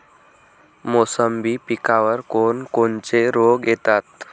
मोसंबी पिकावर कोन कोनचे रोग येतात?